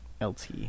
LT